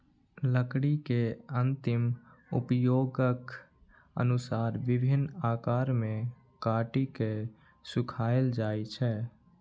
लकड़ी के अंतिम उपयोगक अनुसार विभिन्न आकार मे काटि के सुखाएल जाइ छै